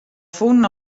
fûnen